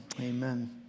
amen